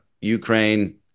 Ukraine